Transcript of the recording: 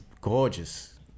gorgeous